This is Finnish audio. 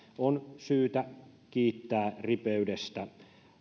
on syytä kiittää